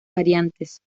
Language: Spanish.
variantes